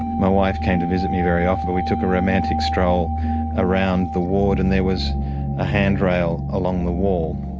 my wife came to visit me very often, but we took a romantic stroll around the ward and there was a handrail along the wall,